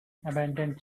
abandoned